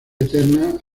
eterna